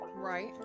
Right